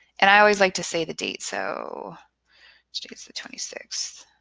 and i always like to say the date. so it's the twenty sixth